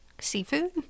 seafood